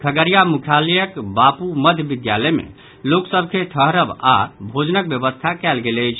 खगड़िया मुख्यालयक बापू मध्य विद्यालय मे लोक सभ के ठहरब आओर भोजनक व्यवस्था कयल गेल अछि